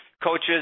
Coaches